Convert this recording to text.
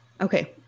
Okay